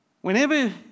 Whenever